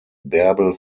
bärbel